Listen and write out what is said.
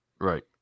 Right